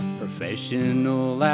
professional